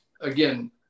again